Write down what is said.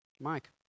Mike